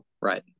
Right